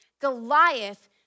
Goliath